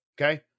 okay